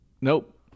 Nope